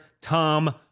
Tom